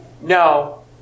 No